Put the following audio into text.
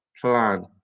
plan